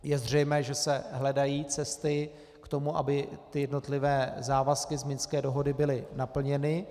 Je zřejmé, že se hledají cesty k tomu, aby jednotlivé závazky z Minské dohody byly naplněny.